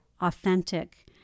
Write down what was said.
authentic